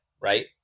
right